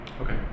Okay